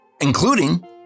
Including